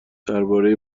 درباره